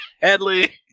Headley